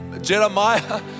Jeremiah